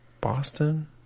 Boston